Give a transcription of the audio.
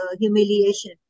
humiliation